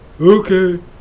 Okay